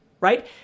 right